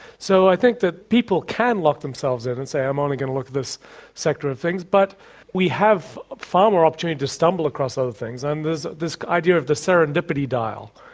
so i think that people can lock themselves in and say, i'm only going to look at this sector of things, but we have far more opportunity to stumble across other things, and this this idea of the serendipity dial,